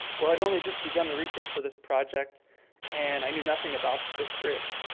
well, i'd only just begun the research for this project and i knew nothing about this bridge.